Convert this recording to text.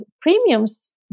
premiums